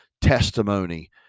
testimony